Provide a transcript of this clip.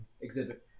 exhibit